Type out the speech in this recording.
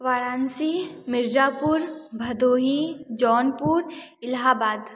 Varanasi Mirzapur Bhadohi Jaunpur Allahabad